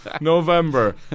November